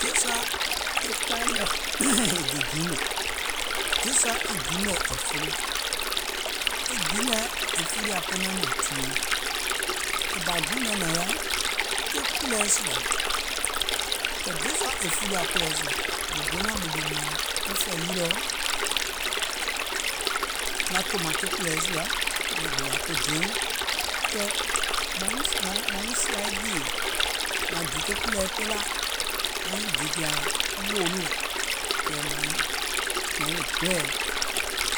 Dièsua e kpai lɛ̀ gè giimè, dièsua e giimèɛ è folo, e giimèɛ è fuliȧ ko nanɛ̀ŋ tìyèe, e bȧ guùŋ nɛ nȧŋ yaȧ ke kùlɛ̀ɛ sùà, kɛ̀ dièsua è fuliȧ kùlɛ̀ɛ sùà, mùŋ donȧŋ ɓèmè mȧȧŋ wɔŋ fɛ̀ì yiliɔ̀ maŋ tòmȧŋ ke kùlɛ̀ɛ sùȧ maŋ gbùwȧ ko diɛìŋ kɛ̀ mȧŋ wuŋ sìàè jèì, mȧŋ gè ke kùlɛ̀ɛ pela, màŋ nyiŋ dìkìȧ wɔŋ ɓòònoò, kɛ̀ mȧŋ wuŋ gɔ̀ɛ̀ɛ̀,